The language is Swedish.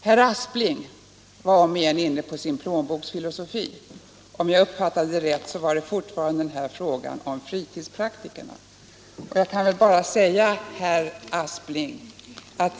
Herr Aspling var omigen inne på sin plånboksfilosofi — om jag uppfattade det rätt gällde det fortfarande frågan om fritidspraktikerna.